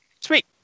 Sweet